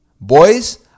Boys